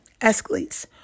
escalates